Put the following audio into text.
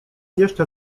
jeszcze